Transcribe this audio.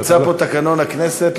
נמצא פה תקנון הכנסת,